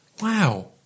wow